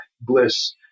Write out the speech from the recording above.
bliss